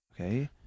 Okay